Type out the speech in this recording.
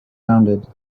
rounded